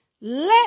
Let